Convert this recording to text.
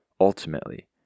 Ultimately